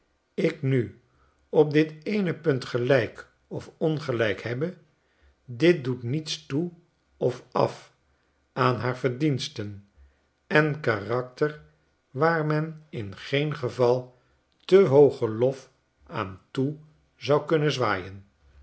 ik nu op dit eene punt gelijk of ongelyk hebbe dit doet niets toe of af aan haar verdiensten en karakter waar men in geen geval te hoogen lof aan toe zou kunnen zwaaien